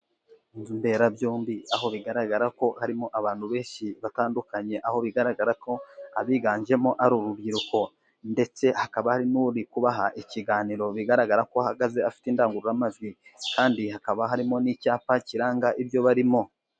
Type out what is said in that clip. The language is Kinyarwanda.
Inzu mberabyombi aho bigaragara ko harimo abantu benshi batandukanye, aho bigaragara ko abiganjemo ari urubyiruko. Ndetse hakaba hari n'uri kubaha ikiganiro bigaragara ko ahagaze afite indangururamajwi, kandi hakaba harimo n'icyapa kiranga ibyo barimo.